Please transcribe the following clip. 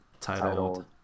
titled